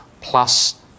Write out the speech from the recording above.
plus